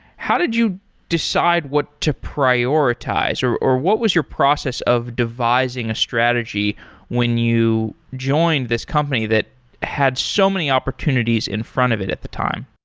how did you decide what to prioritize or or what was your process of devising a strategy when you joined this company that had so many opportunities in front of it at the time?